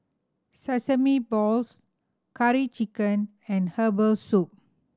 sesame balls Curry Chicken and herbal soup